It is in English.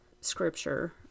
Scripture